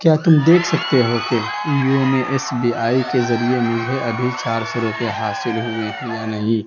کیا تم دیکھ سکتے ہو کہ یونو ایس بی آئی کے ذریعے مجھے ابھی چار سو روپئے حاصل ہوئے یا نہیں